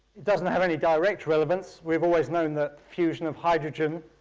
it doesn't have any direct relevance. we've always known that fusion of hydrogen,